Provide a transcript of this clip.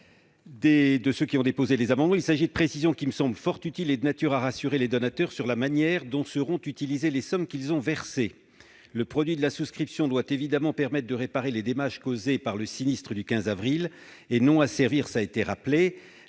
Il s'agit de précisions qui me semblent fort utiles et de nature à rassurer les donateurs sur la manière dont seront utilisées les sommes qu'ils ont versées. Le produit de la souscription doit évidemment permettre de réparer les dommages causés par le sinistre du 15 avril, et non de financer des